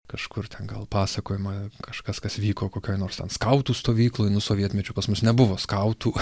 kažkur ten gal pasakojama kažkas kas vyko kokioj nors ten skautų stovykloj nu sovietmečiu pas mus nebuvo skautų